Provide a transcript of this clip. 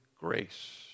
grace